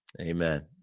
Amen